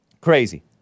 Crazy